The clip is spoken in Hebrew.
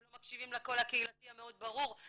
לא מקשיבים לקול הקהילתי המאוד ברור.